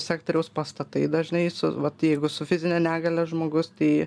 sektoriaus pastatai dažnai su vat jeigu su fizine negalia žmogus tai